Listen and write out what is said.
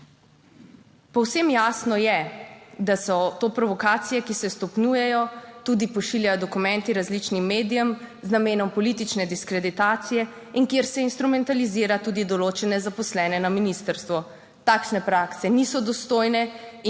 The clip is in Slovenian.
Povsem jasno je, da so to provokacije, ki se stopnjujejo, tudi pošiljajo dokumenti različnim medijem, z namenom politične diskreditacije in kjer se instrumentalizira tudi določene zaposlene na ministrstvu. Takšne prakse niso dostojne in